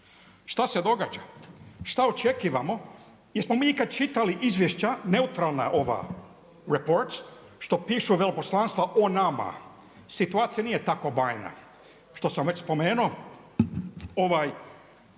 Šta se događa? Šta očekivamo, jesmo mi ikad čitali izvješća neutralna ova reports, što pišu veleposlanstva o nama? Situacija nije tako bajna što sam već spomenuo. Na